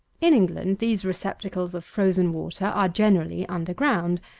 in england, these receptacles of frozen water are, generally, under ground,